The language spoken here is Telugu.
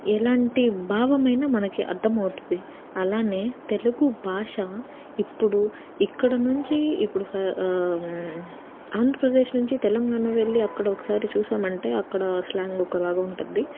ఎలాంటి భావమైన మనకి అర్థమవుతది అలానే తెలుగు భాష ఇప్పుడు ఇక్కడ నుంచి ఇప్పుడు ఫ ఆంధ్రప్రదేశ్ నుంచి తెలంగాణ వెళ్ళి అక్కడ ఒకసారి చూసామంటే అక్కడ స్లాంగ్ ఒకలాగ ఉంటుంది